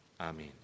Amen